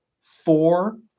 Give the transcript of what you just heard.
four